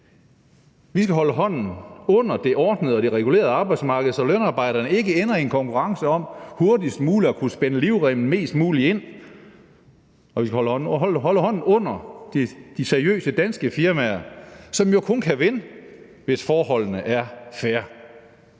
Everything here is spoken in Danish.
Vi skal holde hånden under det ordnede og regulerede arbejdsmarked, så lønarbejderne ikke ender i en konkurrence om hurtigst muligt at kunne spænde livremmen mest muligt ind, og vi skal holde hånden under de seriøse danske firmaer, som jo kun kan vinde, hvis forholdene er fair.